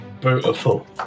Beautiful